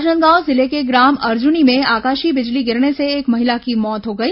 राजनांदगांव जिले के ग्राम अर्जुनी में आकशीय बिजली गिरने से एक महिला की मौत हो गई